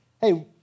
hey